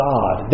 God